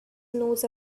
knows